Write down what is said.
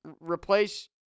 replace